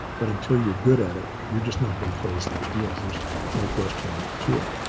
but until you're good at it you're just not going to close those deals. there's no question to it.